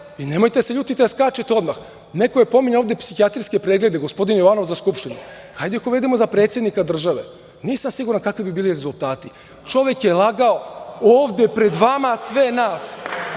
i nemojte da se ljutite i da skačete odmah, neko je pominjao ovde psihijatrijske preglede, gospodin Jovanov, za Skupštinu, hajde da ih uvedemo za predsednika države, nisam siguran kakvi bi bili rezultati, čovek je lagao, ovde pred vama sve nas,